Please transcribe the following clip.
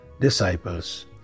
disciples